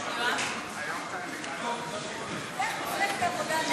עודה,